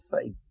faith